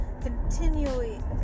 continually